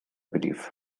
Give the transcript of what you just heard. belief